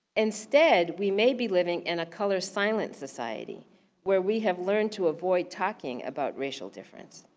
instead, we may be living in a color silent society where we have learned to avoid talking about racial difference.